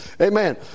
Amen